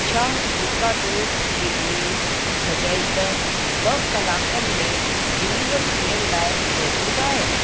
छा मिकाडोस किविली भॼाईंदड़ु ॿ कलाकनि में डिलीवर थियण लाइ मौजूदु आहे